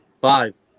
Five